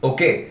Okay